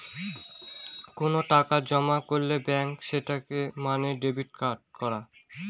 কোনো টাকা জমা করলে ব্যাঙ্কে সেটা মানে ডেবিট করা